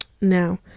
Now